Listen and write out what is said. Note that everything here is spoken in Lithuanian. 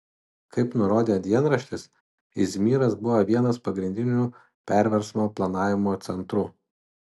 kaip nurodė dienraštis izmyras buvo vienas pagrindinių perversmo planavimo centrų